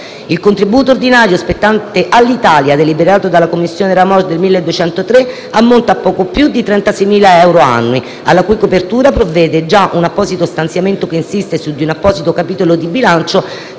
Il contributo ordinario spettante all'Italia, deliberato dalla Commissione RAMOGE nel 2003, ammonta a poco più di 36.000 euro annui, alla cui copertura provvede già un apposito stanziamento che insiste su di un apposito capitolo di bilancio